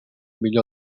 millor